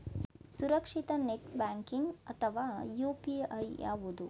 ಸುರಕ್ಷಿತ net banking ಅಥವಾ UPI ಯಾವುದು?